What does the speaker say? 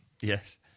Yes